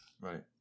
Right